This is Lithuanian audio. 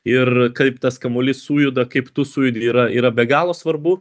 ir kaip tas kamuolys sujuda kaip tu sujudi yra yra be galo svarbu